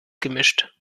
gemischt